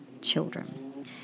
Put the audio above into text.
children